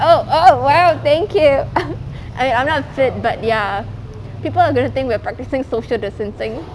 oh oh !wow! thank you I I'm not fit but ya people are going to think we're practicing social distancing